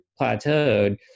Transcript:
plateaued